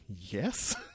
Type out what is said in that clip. Yes